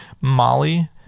Molly